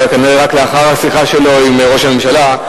כנראה רק לאחר השיחה שלו עם ראש הממשלה.